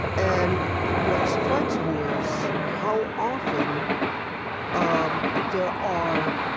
and what strikes me is how often um there are